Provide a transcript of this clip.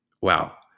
wow